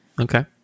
Okay